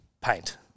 Paint